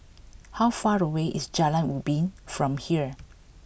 how far away is Jalan Ubi from here